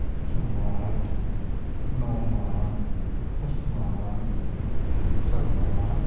Hammad Noman Usman Salman